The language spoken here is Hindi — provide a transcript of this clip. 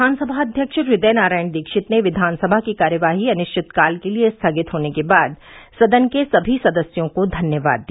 विधानसभा अध्यक्ष हृदय नारायण दीक्षित ने विधानसभा की कार्यवाही अनिश्चितकाल के लिये स्थगित होने के बाद सदन के सभी सदस्यों को धन्यवाद दिया